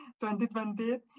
2020